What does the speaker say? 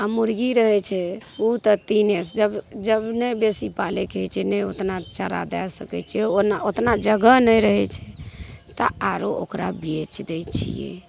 आओर मुरगी रहै छै ओ तऽ तीने जब ओ नहि बेसी पालैके होइ छै नहि ओतना चारा दै सकै छिए ओ नहि ओतना जगह नहि रहै छै तऽ आओर ओकरा बेचि दै छिए